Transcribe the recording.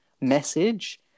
message